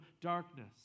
darkness